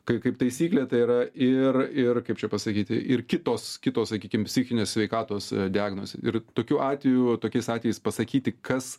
kai kaip taisyklė tai yra ir ir kaip čia pasakyt ir kitos kitos sakykim psichinės sveikatos diagnozė ir tokių atvejų tokiais atvejais pasakyti kas